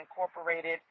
incorporated